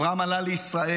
אברהם עלה לישראל,